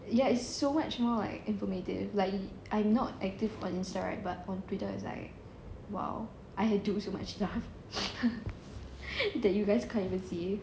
ya it's so much more like informative like I'm not active on insta right but on twitter it's like !wow! I do so much stuff that you guys can't even see